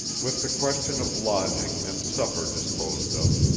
with the question of lodging and supper disposed of,